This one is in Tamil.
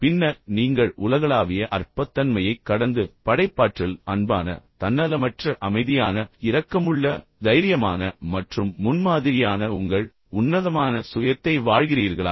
பின்னர் நீங்கள் உலகளாவிய அற்பத்தன்மையைக் கடந்து படைப்பாற்றல் அன்பான தன்னலமற்ற அமைதியான இரக்கமுள்ள தைரியமான மற்றும் முன்மாதிரியான உங்கள் உன்னதமான சுயத்தை வாழ்கிறீர்களா